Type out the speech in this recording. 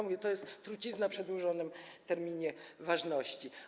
Mówię: to jest trucizna o przedłużonym terminie ważności.